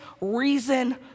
reason